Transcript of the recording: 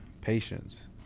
patience